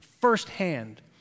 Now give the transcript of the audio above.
firsthand